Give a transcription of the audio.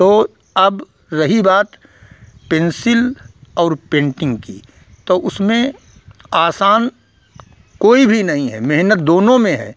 तो अब रही बात पेन्सिल और पेन्टिन्ग की तो उसमें आसान कोई भी नहीं है मेहनत दोनों में है